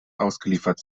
ausgeliefert